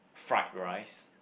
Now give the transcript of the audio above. fried rice